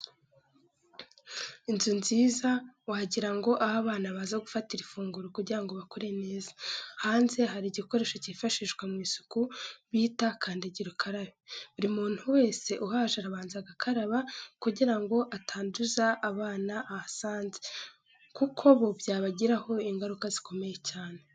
Inzu nziza wagira ngo aho abana baza gufatira ifunguro kugira ngo bakure neza, hanze hari igikoresho cyifashishwa mu isuku bita kandagira ukarabe, buri muntu wese uhaje arabanza agakaraba kugira ngo atanduza abana ahasanze, kuko bo byabagiraho ingaruka zikomeye cyane.